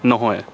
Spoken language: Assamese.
নহয়